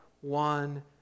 one